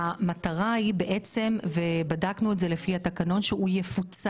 המטרה היא ובדקנו את זה לפי התקנון שהוא יפוצל.